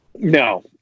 No